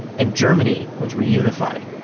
and germany was reunified.